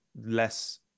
less